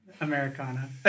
Americana